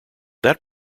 that